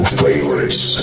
favorites